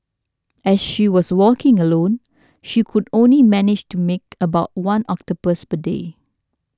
as she was working alone she could only manage to make about one octopus per day